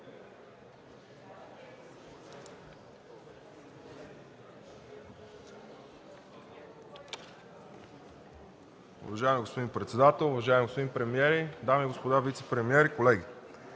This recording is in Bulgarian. Уважаеми господин председател, уважаеми господин премиер, дами и господа вицепремиери, колеги!